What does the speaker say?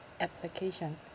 application